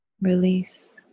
release